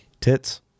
Tits